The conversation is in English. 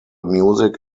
music